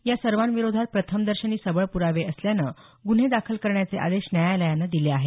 या सर्वांविरोधात प्रथमदर्शनी सबळ पुरावे असल्यानं गुन्हे दाखल करण्याचे आदेश न्यायालयानं दिले आहेत